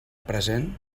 present